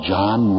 John